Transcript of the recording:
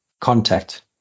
contact